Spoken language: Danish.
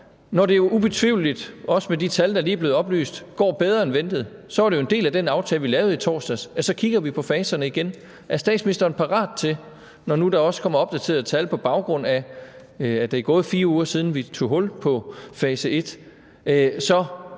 Når det ubetvivleligt, også med de tal, der lige er blevet oplyst, går bedre end ventet – og det var jo en del af den aftale, vi lavede i torsdags, at vi så kigger på faserne igen – er statsministeren så parat til, altså når der nu også kommer opdaterede tal, på baggrund af at der er gået 4 uger, siden vi tog hul på fase et, at